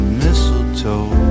mistletoe